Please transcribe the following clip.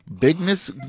bigness